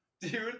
Dude